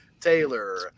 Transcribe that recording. taylor